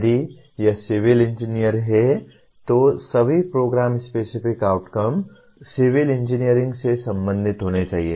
यदि यह civil engineering है तो सभी programme specific outcome civil engineering से संबंधित होने चाहिए